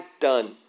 done